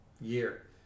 year